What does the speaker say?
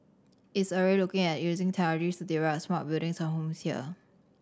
it is already looking at using technologies to developing smart buildings and homes here